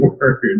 word